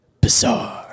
Bizarre